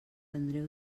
andreu